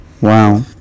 wow